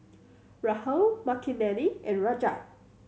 Rahul Makineni and Rajat